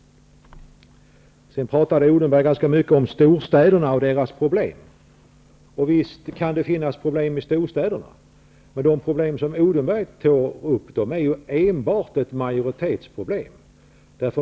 Sedan talade Mikael Odenberg ganska mycket om storstäderna och deras problem. Visst kan det finnas problem i storstäderna. Men de problem som Mikael Odenberg tar upp är enbart ett majoritetsproblem.